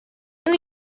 will